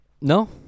No